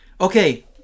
Okay